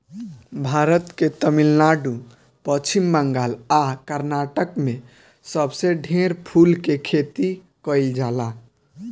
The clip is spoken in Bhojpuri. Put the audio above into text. भारत के तमिलनाडु, पश्चिम बंगाल आ कर्नाटक में सबसे ढेर फूल के खेती कईल जाला